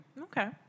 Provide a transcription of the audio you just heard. okay